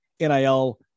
NIL